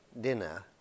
dinner